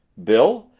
bill!